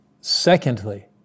Secondly